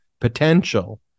potential